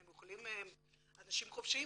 הם אנשים חופשיים,